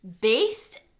based